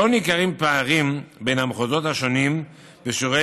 לא ניכרים פערים בין המחוזות השונים בשיעורי